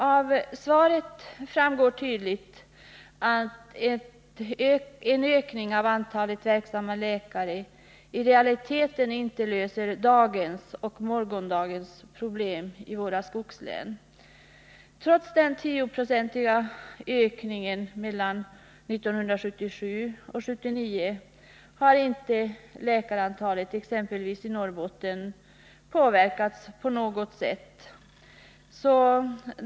Av svaret framgår tydligt att en ökning av antalet verksamma läkare i realiteten inte löser dagens och morgondagens problem i våra skogslän. Trots den 10-procentiga ökningen mellan 1977 och 1979 har inte läkarantalet exempelvis i Norrbotten påverkats på något sätt.